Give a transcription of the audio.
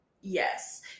Yes